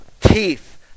teeth